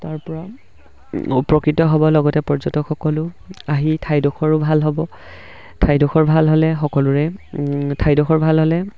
তাৰপৰা উপকৃত হ'ব লগতে পৰ্যটকসকলো আহি ঠাইডোখৰো ভাল হ'ব ঠাইডোখৰ ভাল হ'লে সকলোৰে ঠাইডোখৰ ভাল হ'লে